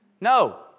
No